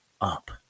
up